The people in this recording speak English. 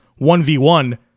1v1